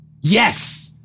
Yes